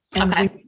okay